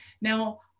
Now